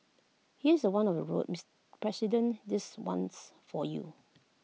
here's one of the road Mister president this one's for you